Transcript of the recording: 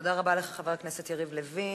תודה רבה לך, חבר הכנסת יריב לוין.